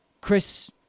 Chris